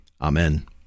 Amen